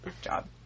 job